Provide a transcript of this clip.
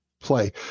play